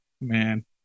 man